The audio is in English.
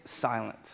silent